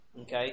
Okay